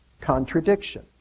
contradiction